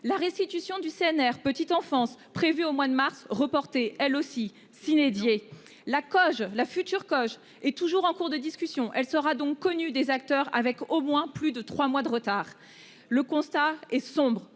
la restitution du CNR, petite enfance, prévu au mois de mars reportée, elle aussi. La Coges la future coches est toujours en cours de discussion. Elle sera donc connue des acteurs avec au moins plus de 3 mois de retard. Le constat est sombre.